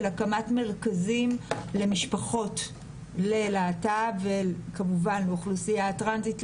הקמת מרכזים למשפחות ללהט"ב וכמובן לאוכלוסייה הטרנסית.